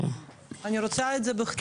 אני רוצה את זה בכתב.